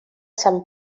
sant